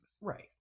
right